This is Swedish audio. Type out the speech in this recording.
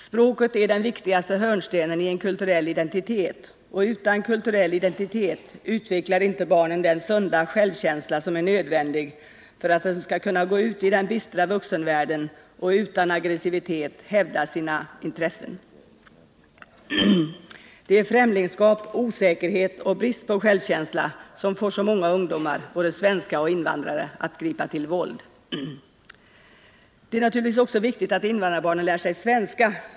Språket är den viktigaste hörnstenen i en kulturell identitet, och utan Nr 127 kulturell identitet utvecklar inte barnen den sunda självkänsla som är Onsdagen den nödvändig för att de skall kunna gå ut i den bistra vuxenvärlden och utan 23 april 1980 aggressivitet hävda sina intressen. Det är främlingskap, osäkerhet och brist på självkänsla som får så många ungdomar, både svenska och invandrare, att gripa till våld. Det är naturligtvis också viktigt att invandrarbarnen lär sig svenska.